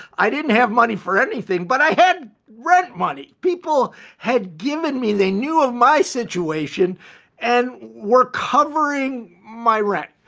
i didn't have money for anything, but i had rent money. people had given me, they knew of my situation and were covering my rent.